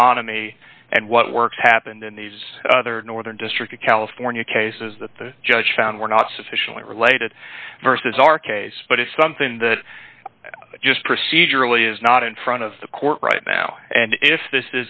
economy and what works happened in these other northern district of california cases that the judge found were not sufficiently related versus our case but it's something that just procedurally is not in front of the court right now and if this